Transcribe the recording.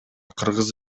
кыргыз